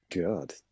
God